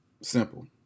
Simple